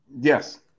Yes